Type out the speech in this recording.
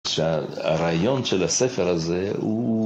שהרעיון של הספר הזה הוא